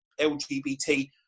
LGBT